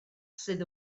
sydd